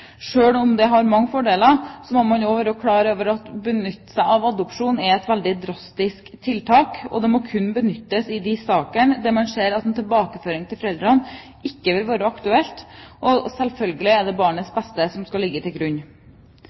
om det har mange fordeler, skal man også være klar over at det å benytte seg av adopsjon er et veldig drastisk tiltak. Det må kun benyttes i saker der man ser at en tilbakeføring til foreldre ikke vil være aktuelt, og selvfølgelig er det barnets beste som skal ligge til grunn.